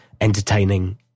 entertaining